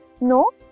no